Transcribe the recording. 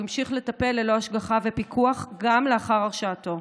הוא המשיך לטפל ללא השגחה ופיקוח גם לאחר הרשעתו.